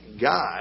God